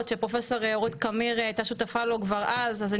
שפרופ' אורית קמיר הייתה שותפה לו כבר אז,